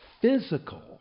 physical